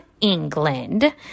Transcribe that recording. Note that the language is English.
England